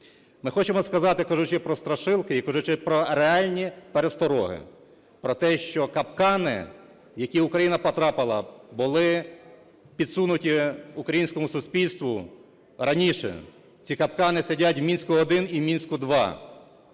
Ми хочемо сказати, кажучи про страшилки і кажучи про реальні перестороги, про те, що капкани, в які Україна потрапила, були підсунуті українському суспільству раніше. Ці капкани сидять в "Мінську-1" і в "Мінську-2",